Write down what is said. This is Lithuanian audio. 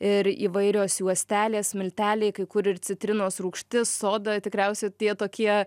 ir įvairios juostelės milteliai kai kur ir citrinos rūgštis soda tikriausiai tie tokie